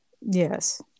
yes